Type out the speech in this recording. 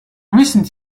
recent